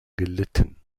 gelitten